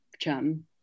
chum